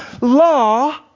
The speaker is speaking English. law